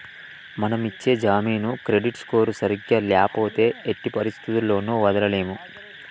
మనం ఇచ్చే జామీను క్రెడిట్ స్కోర్ సరిగ్గా ల్యాపోతే ఎట్టి పరిస్థతుల్లోను వదలలేము